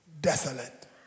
desolate